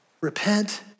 Repent